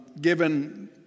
given